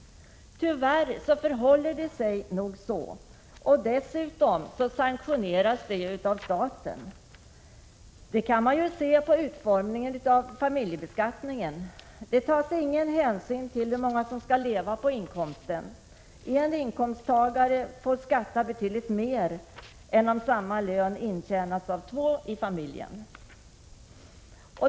Tyvärr förhåller det sig nog så, och dessutom sanktioneras det av staten. Detta kan man se på utformningen av familjebeskattningen, där det inte tas någon hänsyn till hur många som skall leva på inkomsten. En inkomsttagare får skatta betydligt mer än om samma lön intjänas av två i familjen.